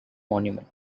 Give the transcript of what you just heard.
monument